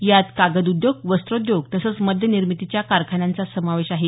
यात कागद उद्योग वस्त्रोद्योग तसंच मद्यनिर्मितीच्या कारखान्यांचा समावेश आहे